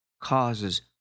causes